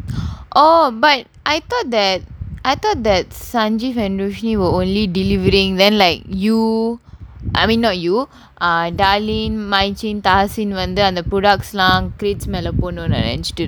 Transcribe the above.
oh but I thought that I thought that sanjeev and lushi will only delivering then like you I mean not you ah darlene வந்து அந்த:vanthu antha லாம்:laam cleats மேல போனோனு நான் நெனச்சிட்டு இருந்தேன்:mela pononu naan nenachchittu irunthaen no ah